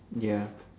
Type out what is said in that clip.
ya